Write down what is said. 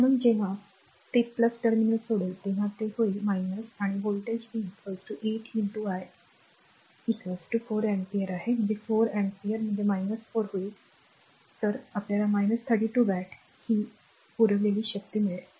म्हणून जेव्हा ते टर्मिनल सोडेल तेव्हा ते होईल आणि voltage V 8 I r 4 ampere आहे हे 4 अँपिअर आहे 4 तर हे होईल 32 वॅट ही पुरवलेली शक्ती आहे